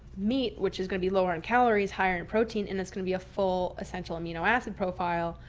meat, which is going to be lower in calories, higher in protein, and it's going to be a full essential amino acid profile.